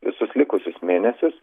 visus likusius mėnesius